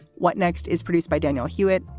what next is produced by daniel hewitt,